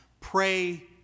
Pray